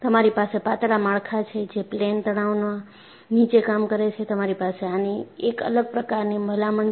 તમારી પાસે પાતળા માળખાં છે જે પ્લેન તણાવના નીચે કામ કરે છે તમારી પાસે આની એક અલગ પ્રકારની ભલામણ છે